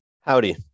howdy